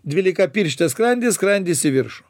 dvylikapirštė sklandis skrandis į viršų